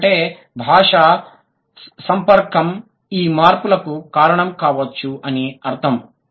ఎందుకంటే భాషా సంపర్కం ఈ మార్పులకు కారణం కావచ్చు అని అర్ధం